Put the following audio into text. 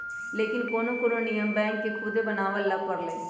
लेकिन कोनो कोनो नियम बैंक के खुदे बनावे ला परलई